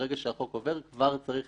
ברגע שהחוק עובר, כבר צריך